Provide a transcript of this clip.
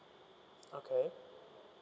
okay